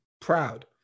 proud